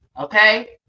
okay